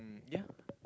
yea